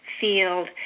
field